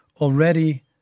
already